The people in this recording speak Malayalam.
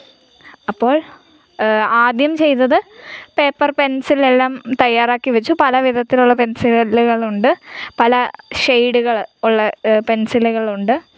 അപ്പോൾ ആദ്യം ചെയ്തത് പേപ്പർ പെൻസിലെല്ലാം തയ്യാറാക്കി വെച്ചു പല വിധത്തിലുള്ള പെൻസില്കളുണ്ട് പല ഷെയ്ഡുകൾ ഉള്ള പെൻസിലുകളുണ്ട്